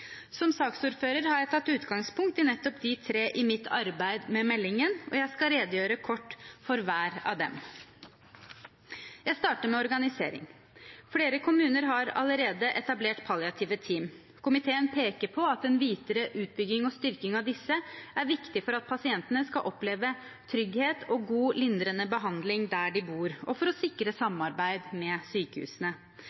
Som saksordfører har jeg tatt utgangspunkt i nettopp disse tre i mitt arbeid med meldingen, og jeg skal redegjøre kort for hver av dem. Jeg starter med organisering. Flere kommuner har allerede etablert palliative team. Komiteen peker på at den videre utbygging og styrking av disse er viktig for at pasientene skal oppleve trygghet og god lindrende behandling der de bor, og for å sikre